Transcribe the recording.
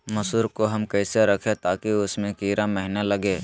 मसूर को हम कैसे रखे ताकि उसमे कीड़ा महिना लगे?